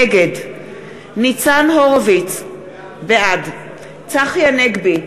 נגד ניצן הורוביץ, בעד צחי הנגבי,